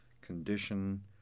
condition